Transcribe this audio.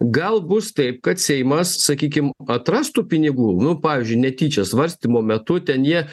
gal bus taip kad seimas sakykim atras tų pinigų nu pavyzdžiui netyčia svarstymo metu ten jie